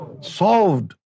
solved